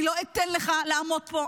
אני לא אתן לך לעמוד פה,